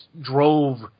drove